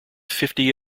fifty